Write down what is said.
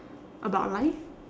about life